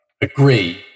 agree